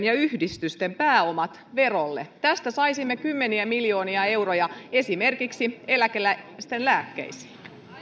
ja yhdistysten pääomat verolle tästä saisimme kymmeniä miljoonia euroja esimerkiksi eläkeläisten lääkkeisiin arvoisa puhemies